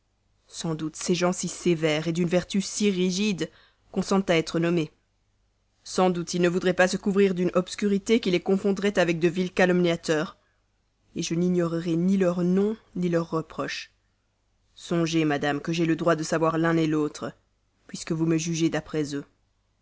sans doute ces gens si sévères d'une vertu si rigide consentent à être nommés sans doute ils ne voudraient pas se couvrir d'une obscurité qui les confondrait avec de vils calomniateurs je n'ignorerai ni leur nom ni leurs reproches songez madame que j'ai le droit de savoir l'un l'autre puisque vous me jugez d'après eux